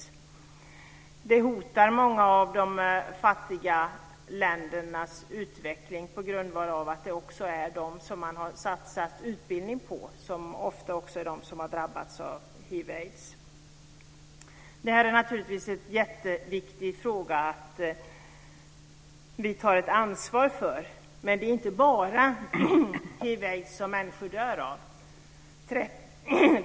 Hiv aids. Det är naturligtvis jätteviktigt att vi tar ansvar för den här frågan. Det är inte bara hiv/aids som människor dör av.